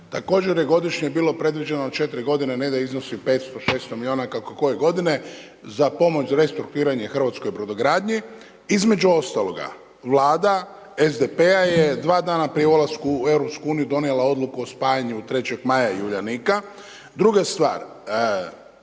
također je godišnje bilo predviđeno 4 godine ne da iznosi 500, 600 milijuna kako koje godine za pomoć za restrukturiranje hrvatskoj brodogradnji. Između ostaloga, Vlada SDP-a je dva dana prije ulaska u EU donijela odluku o spajanju 3. Maja i Uljanika.